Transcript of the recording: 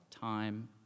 time